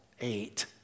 eight